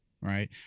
Right